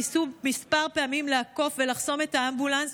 ניסו כמה פעמים לעקוף ולחסום את האמבולנס,